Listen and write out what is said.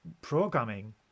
programming